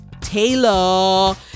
Taylor